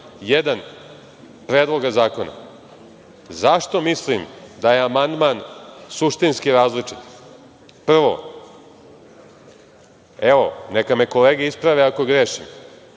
1. Predloga zakona. Zašto mislim da je amandman suštinski različit? Prvo, evo, neka me kolege isprave ako grešim.